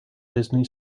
disney